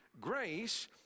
grace